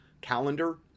calendar